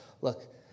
Look